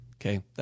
Okay